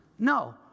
No